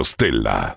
Stella